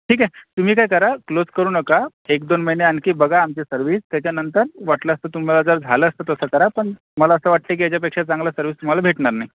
ठीक आहे तुम्ही काय करा क्लोज करू नका एक दोन महिने आणखी बघा आमची सर्विस त्याच्यानंतर वाटलंच तर तुम्हाला जर झालंच तर तसं करा पण मला असं वाटतय की याच्यापेक्षा चांगलं सर्विस तुम्हाला भेटणार नाही